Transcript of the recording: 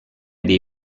dei